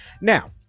Now